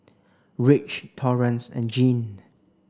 Rich Torrance and Gene